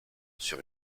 sur